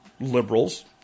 liberals